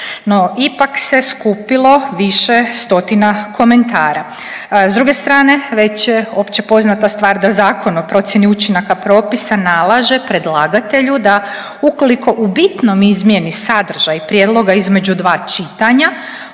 ipak se skupilo više stotina komentara. S druge strane već je opće poznata stvar da Zakon o procjeni učinaka propisa nalaže predlagatelju da ukoliko u bitnom izmijeni sadržaj prijedloga između dva čitanja